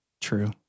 true